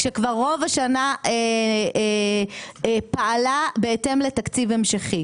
כשכבר רוב השנה פעלה בהתאם לתקציב המשכי,